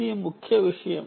ఇది ముఖ్య విషయం